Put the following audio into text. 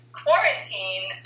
quarantine